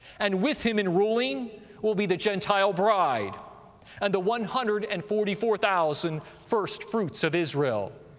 and with him in ruling will be the gentile bride and the one hundred and forty four thousand, firstfruits of israel.